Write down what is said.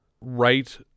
right